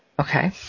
Okay